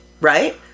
Right